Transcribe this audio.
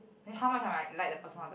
how much I might like that person or the